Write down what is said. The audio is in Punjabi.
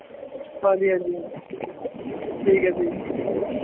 ਹਾਂਜੀ ਹਾਂਜੀ ਠੀਕ ਹੈ ਜੀ